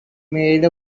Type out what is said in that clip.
made